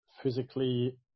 Physically